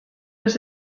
was